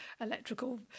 electrical